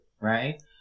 right